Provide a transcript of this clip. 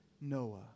Noah